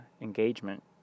engagement